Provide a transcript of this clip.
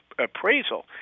appraisal